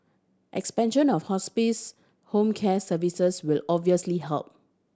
expansion of hospice home care services will obviously help